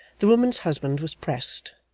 the woman's husband was pressed,